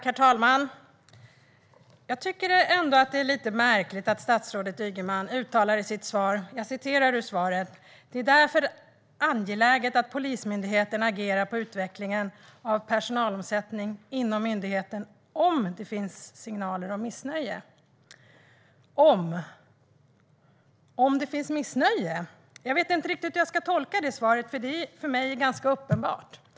Herr talman! Jag tycker att det är lite märkligt att statsrådet Ygeman i sitt svar uttalar: "Det är därför angeläget att Polismyndigheten agerar på utvecklingen av personalomsättningen inom myndigheten om det finns signaler om missnöje." Om det finns missnöje - jag vet inte riktigt hur jag ska tolka det uttalandet, för det är för mig ganska uppenbart att det finns.